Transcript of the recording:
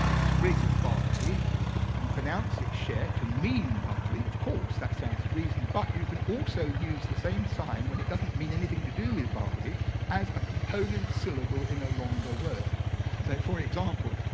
sprig of barley and pronounce it sheh to mean barley. of course, that stands to reason. but you can also use the same sign when it doesn't mean anything to do with barley as a component syllable in a longer word. so for example,